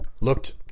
looked